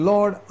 Lord